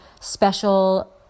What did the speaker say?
special